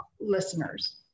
listeners